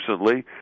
recently